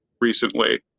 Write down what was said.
recently